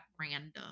random